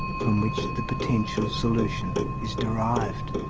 from which the potential solution is derived.